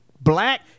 black